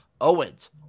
Owens